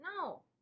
No